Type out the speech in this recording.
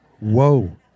Whoa